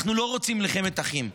אנחנו לא רוצים מלחמת אחים.